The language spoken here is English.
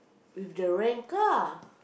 with the rent car